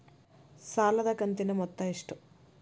ಸಾಲದ ಕಂತಿನ ಮೊತ್ತ ಎಷ್ಟು?